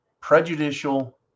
Prejudicial